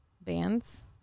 bands